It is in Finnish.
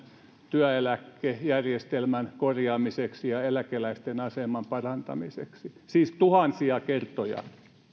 työeläkejärjestelmän korjaamiseksi ja eläkeläisten aseman parantamiseksi siis tuhansia kertoja